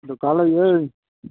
ꯗꯨꯀꯥꯟꯗ ꯂꯩꯌꯦ